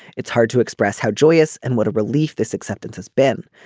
it's hard to express how joyous and what a relief this acceptance has been.